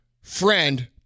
friend